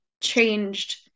changed